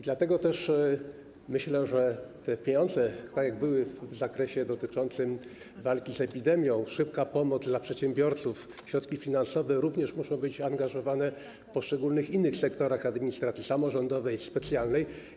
Dlatego też myślę, że te pieniądze - tak jak to było w zakresie dotyczącym walki z epidemią, szybka pomoc dla przedsiębiorców - i środki finansowe również muszą być angażowane w poszczególnych innych sektorach administracji samorządowej i specjalnej.